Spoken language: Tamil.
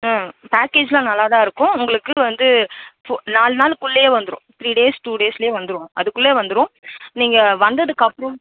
ம் பேக்கேஜ்லாம் நல்லாதான் இருக்கும் உங்களுக்கு வந்து ஃபோ நாலு நாளுக்குள்ளே வந்துடும் த்ரீ டேஸ் டூ டேஸில் வந்துடும் அதுக்குள்ளே வந்துடும் நீங்கள் வந்ததுக்கப்புறம்